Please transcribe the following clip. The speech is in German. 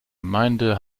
gemeinde